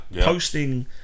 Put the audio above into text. posting